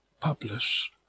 publish